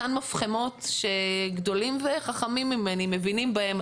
אותן מפחמות שגדולים וחכמים ממני מבינים בהם,